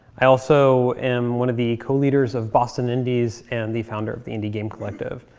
i also am one of the co-leaders of boston indies and the founder of the indie game collective.